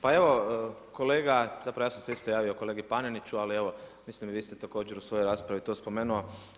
Pa evo kolega, zapravo ja sam se isto javio kolegi Paneniću ali evo, mislim i vi ste također u svojoj raspravi to spomenuo.